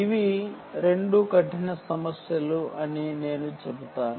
ఇవి 2 కఠిన సమస్యలు అని నేను చెబుతాను